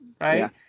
Right